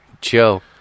Joe